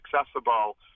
accessible